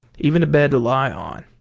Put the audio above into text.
even a bed to lie on.